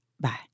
Bye